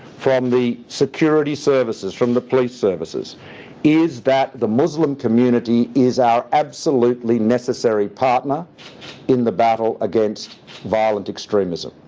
from the security services, from the police services is that the muslim community is our absolutely necessary partner in the battle against violent extremism,